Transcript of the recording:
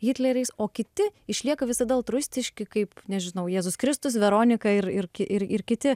hitleriais o kiti išlieka visada altruistiški kaip nežinau jėzus kristus veronika ir ir ir ir kiti